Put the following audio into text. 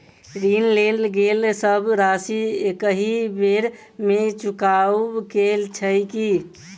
ऋण लेल गेल सब राशि एकहि बेर मे चुकाबऽ केँ छै की?